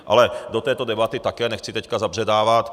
Ale do této debaty také nechci teď zabředávat.